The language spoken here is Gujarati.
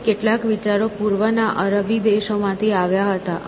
આમાંથી કેટલાક વિચારો પૂર્વના અરબી દેશોમાંથી આવ્યા હતા